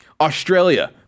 Australia